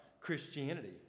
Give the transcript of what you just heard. Christianity